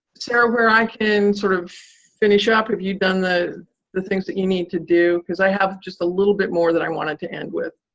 sarah, where i can sort of finish ah up? have you done the the things that you need to do? because i have just a little bit more that i wanted to end with.